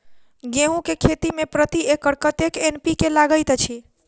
गेंहूँ केँ खेती मे प्रति एकड़ कतेक एन.पी.के लागैत अछि?